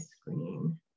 screen